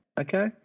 Okay